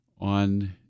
on